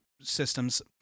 systems